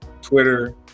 Twitter